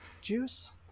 juice